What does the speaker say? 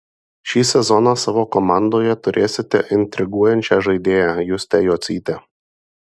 šį sezoną savo komandoje turėsite intriguojančią žaidėją justę jocytę